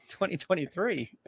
2023